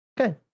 Okay